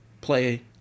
play